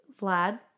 Vlad